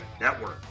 network